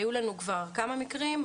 היו לנו כבר כמה מקרים.